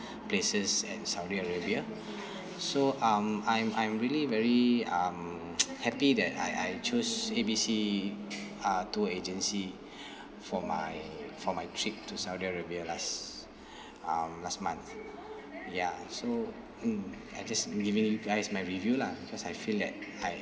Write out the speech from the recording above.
places at saudi arabia so um I'm I'm really very um happy that I I chose A B C uh tour agency for my for my trip to saudi arabia last um last month ya so mm I just giving you guys my review lah cause I feel that I